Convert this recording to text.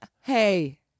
hey